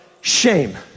shame